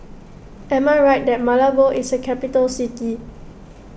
am I right that Malabo is a capital city